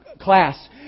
class